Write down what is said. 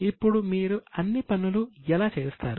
ఇప్పుడు మీరు అన్ని పనులు ఎలా చేస్తారు